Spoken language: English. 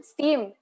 Steam